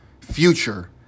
Future